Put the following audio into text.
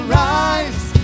rise